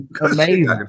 amazing